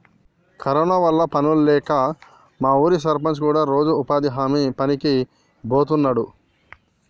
corona వల్ల పనుల్లేక మా ఊరి సర్పంచ్ కూడా రోజూ ఉపాధి హామీ పనికి బోతన్నాడు